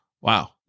Wow